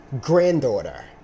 granddaughter